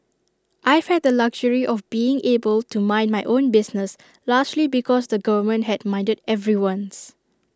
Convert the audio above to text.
I've had the luxury of being able to mind my own business largely because the government had minded everyone's